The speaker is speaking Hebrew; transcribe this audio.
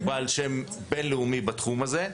הוא בעל שם בין-לאומי בתחום הזה,